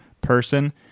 person